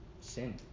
Sin